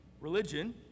Religion